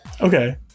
Okay